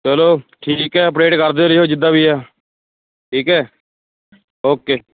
ਚਲੋ ਠੀਕ ਹੈ ਅੱਪਡੇਟ ਕਰਦੇ ਰਿਹੋ ਜਿੱਦਾਂ ਵੀ ਹੈ ਠੀਕ ਹੈ ਓਕੇ